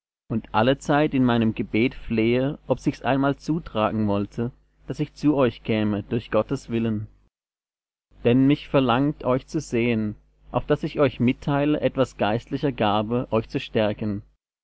und allezeit in meinem gebet flehe ob sich's einmal zutragen wollte daß ich zu euch käme durch gottes willen denn mich verlangt euch zu sehen auf daß ich euch mitteile etwas geistlicher gabe euch zu stärken